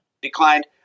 declined